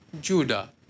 Judah